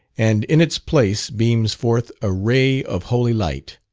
and in its place beams forth a ray of holy light.